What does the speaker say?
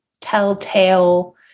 telltale